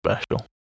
special